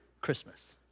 Christmas